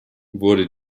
wurde